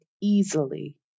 easily